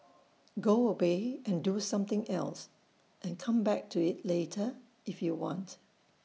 go away and do something else and come back to IT later if you want